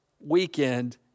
weekend